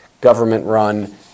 government-run